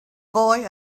boy